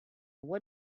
what